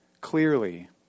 clearly